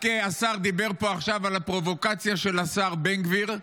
רק עכשיו השר דיבר פה על הפרובוקציה של השר בן גביר,